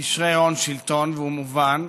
קשרי הון שלטון, והוא מובן,